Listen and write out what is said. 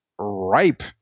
ripe